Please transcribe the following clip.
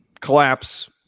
collapse